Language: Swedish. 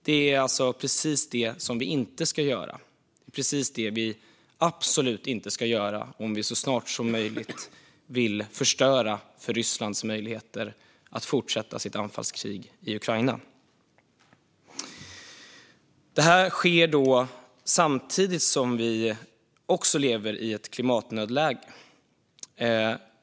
Det är alltså precis det som vi absolut inte ska göra om vi så snart som möjligt vill förstöra Rysslands möjligheter att fortsätta sitt anfallskrig i Ukraina. Det här sker samtidigt som vi också lever i ett klimatnödläge.